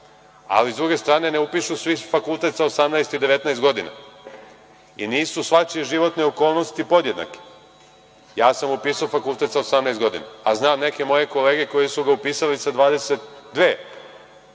ali s druge strane ne upišu svi fakultet sa 18 i 19 godina i nisu svačije životne okolnosti podjednake. Ja sam upisao fakultet sa 18 godina, a znam neke moje kolege koje su ga upisale sa 22. Onaj